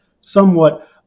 somewhat